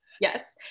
Yes